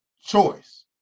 choice